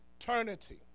eternity